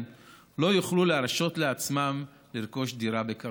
לא יוכלו להרשות לעצמם לרכוש דירה בקרוב.